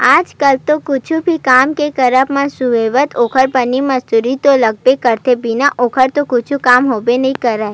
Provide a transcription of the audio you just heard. आज कल तो कुछु भी काम के करब म सुबेवत ओखर बनी मजदूरी तो लगबे करथे बिना ओखर तो कुछु काम होबे नइ करय